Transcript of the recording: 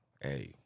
hey